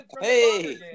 hey